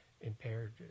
impaired